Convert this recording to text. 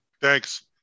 Thanks